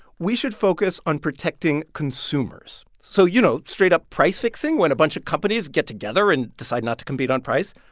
we should focus on protecting consumers so, you know, straight up price fixing, when a bunch of companies get together and decide not to compete on price,